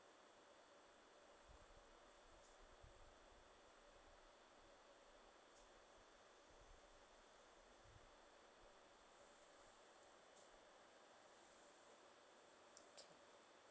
okay